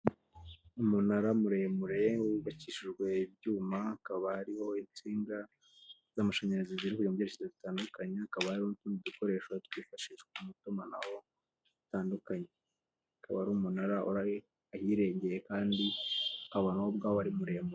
Umunara muremure wubakishijwe ibyuma, hakaba hariho insinga z'amashanyarazi ziriho byinshi bitandukanye, hakaba hariho udukoresho twifashishwa mu tumanaho bitandukanye, akaba ari umunara uri ahirengeye kandi, akaba na wo ubwawo ari muremure.